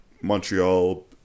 Montreal